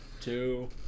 two